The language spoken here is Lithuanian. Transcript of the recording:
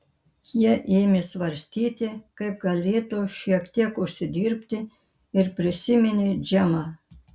jie ėmė svarstyti kaip galėtų šiek tiek užsidirbti ir prisiminė džemą